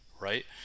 right